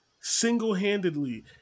single-handedly